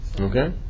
Okay